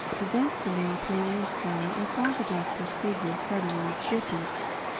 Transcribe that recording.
against the now paling sky i saw the doctor's figure suddenly stiffen.